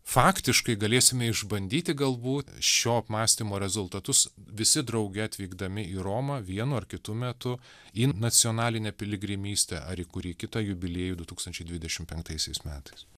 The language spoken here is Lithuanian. faktiškai galėsime išbandyti galbūt šio apmąstymo rezultatus visi drauge atvykdami į romą vienu ar kitu metu į nacionalinę piligrimystę ar į kurį kitą jubiliejų du tūkstančiai dvidešimt penktaisiais metais